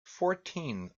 fourteen